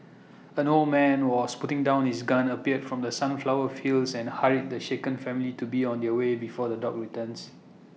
an old man was putting down his gun appeared from the sunflower fields and hurried the shaken family to be on their way before the dogs returns